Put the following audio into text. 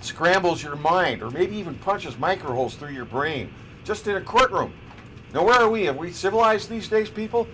scrambles your mind or maybe even punches micro holes through your brain just in a court room where we have we civilized these days people